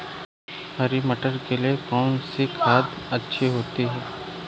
हरी मटर के लिए कौन सी खाद अच्छी होती है?